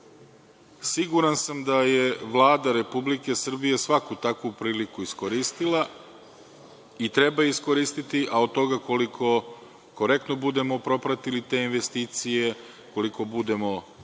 Siguran sam da je Vlada Republike Srbije svaku takvu priliku iskoristila i treba iskoristiti, a od toga koliko korektno budemo propratili te investicije, koliko budemo